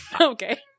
Okay